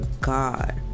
God